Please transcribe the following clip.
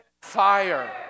fire